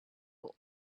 have